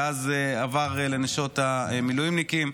ואז עבר לנשות המילואימניקים.